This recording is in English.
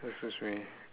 excuse me